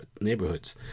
neighborhoods